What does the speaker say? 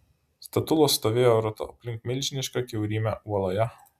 statulos stovėjo ratu aplink milžinišką kiaurymę uoloje